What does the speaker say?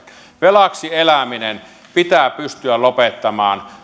velaksi eläminen pitää pystyä lopettamaan vuoteen